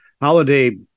holiday